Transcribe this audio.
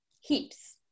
heaps